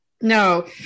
No